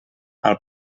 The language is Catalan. pel